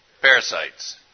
Parasites